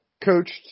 coached